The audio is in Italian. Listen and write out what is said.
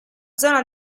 zona